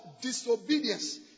disobedience